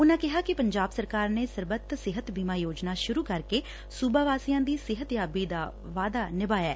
ਉਨੂਾ ਕਿਹਾ ਕਿ ਪੰਜਾਬ ਸਰਕਾਰ ਨੇ ਸਰਬੱਤ ਸਿਹਤ ਬੀਮਾ ਯੋਜਨਾ ਸੁਰੂ ਕਰ ਕੇ ਸੂਬਾ ਵਾਸੀਆਂ ਦੀ ਸਿਹਤਯਾਬੀ ਲਈ ਵਾਅਦਾ ਨਿਭਾਇਐ